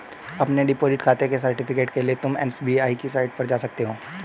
अपने डिपॉजिट खाते के सर्टिफिकेट के लिए तुम एस.बी.आई की साईट पर जा सकते हो